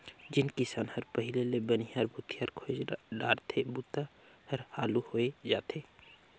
जेन किसान हर पहिले ले बनिहार भूथियार खोएज डारथे बूता हर हालू होवय जाथे